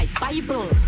Bible